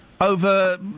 over